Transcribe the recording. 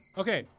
okay